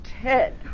Ted